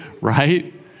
Right